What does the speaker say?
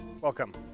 Welcome